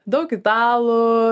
daug italų